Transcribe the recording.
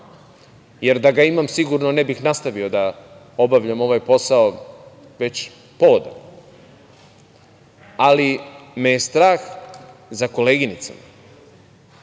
jer da ga imam sigurno ne bih nastavio da obavljam ovaj posao već poodavno, ali me je strah za koleginice.